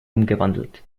umgewandelt